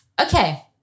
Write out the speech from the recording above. Okay